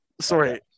Sorry